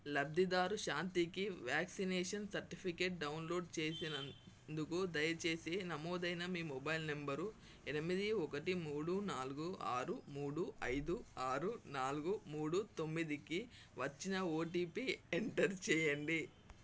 లబ్ధిదారు శాంతికి vaccination certificate download చేసి నందుకు దయచేసి నమోదైన మీ మొబైల్ నంబరు ఎనిమిది ఒకటి మూడు నాలుగు ఆరు మూడు ఐదు ఆరు నాలుగు మూడు తొమ్మిదికి వచ్చిన ఓటీపీ ఎంటర్ చేయండి